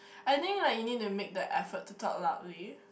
I think like you need to make the effort to talk loudly